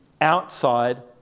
outside